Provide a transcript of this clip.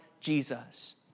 Jesus